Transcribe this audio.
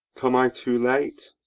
come i too late?